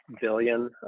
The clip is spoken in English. billion